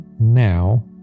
now